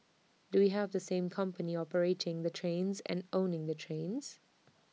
do we have the same company operating the trains and owning the trains